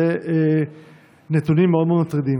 אלה נתונים מאוד מאוד מטרידים.